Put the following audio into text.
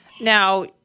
Now